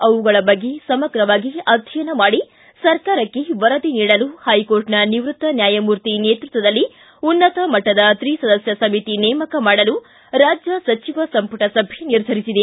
ಅವುಗಳ ಬಗ್ಗೆ ಸಮಗ್ರವಾಗಿ ಅಧ್ಯಯನ ಮಾಡಿ ಸರ್ಕಾರಕ್ಕೆ ವರದಿ ನೀಡಲು ಹೈಕೋರ್ಟ್ನ ನಿವೃತ್ತ ನ್ಯಾಯಮೂರ್ತಿ ನೇತೃತ್ವದಲ್ಲಿ ಉನ್ನತಮಟ್ಟದ ತ್ರಿಸದಸ್ಯ ಸಮಿತಿ ನೇಮಕ ಮಾಡಲು ರಾಜ್ಯ ಸಚಿವ ಸಂಪುಟ ಸಭೆ ನಿರ್ಧರಿಸಿದೆ